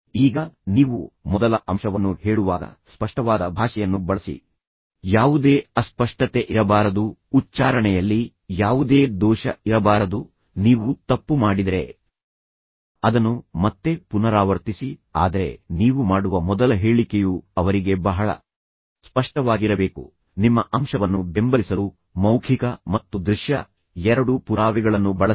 ಈಗ ನೀವು ಮೊದಲ ಅಂಶವನ್ನು ಹೇಳುವಾಗ ಸ್ಪಷ್ಟವಾದ ಭಾಷೆಯನ್ನು ಬಳಸಿ ಯಾವುದೇ ಅಸ್ಪಷ್ಟತೆ ಇರಬಾರದು ಉಚ್ಚಾರಣೆಯಲ್ಲಿ ಯಾವುದೇ ದೋಷ ಇರಬಾರದು ನೀವು ತಪ್ಪು ಮಾಡಿದರೆ ಅದನ್ನು ಮತ್ತೆ ಪುನರಾವರ್ತಿಸಿ ಆದರೆ ನೀವು ಮಾಡುವ ಮೊದಲ ಹೇಳಿಕೆಯು ಅವರಿಗೆ ಬಹಳ ಸ್ಪಷ್ಟವಾಗಿರಬೇಕು ನಿಮ್ಮ ಅಂಶವನ್ನು ಬೆಂಬಲಿಸಲು ಮೌಖಿಕ ಮತ್ತು ದೃಶ್ಯ ಎರಡೂ ಪುರಾವೆಗಳನ್ನು ಬಳಸಿ